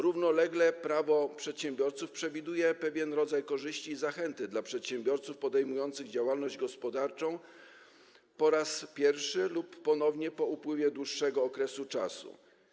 Równolegle Prawo przedsiębiorców przewiduje pewien rodzaj korzyści i zachęty dla przedsiębiorców podejmujących działalność gospodarczą po raz pierwszy lub ponownie po upływie dłuższego czasu.